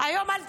היום אל תבוא.